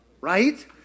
right